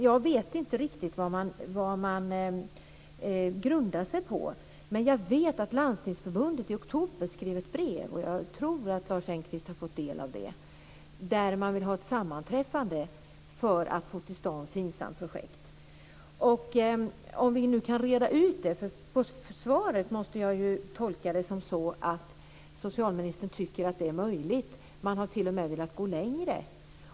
Jag vet inte riktigt vilken grund man har för det, men jag vet att Landstingsförbundet i oktober skrev ett brev där man vill ha ett sammanträffande för att få till stånd FINSAM projekt. Jag tror att Lars Engqvist har fått del av det. Jag önskar att vi nu kan reda ut detta, för svaret måste jag tolka som att socialministern tycker att det är möjligt. Man har t.o.m. velat gå längre.